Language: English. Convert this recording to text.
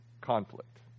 conflict